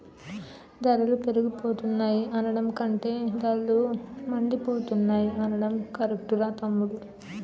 ధరలు పెరిగిపోతున్నాయి అనడం కంటే ధరలు మండిపోతున్నాయ్ అనడం కరెక్టురా తమ్ముడూ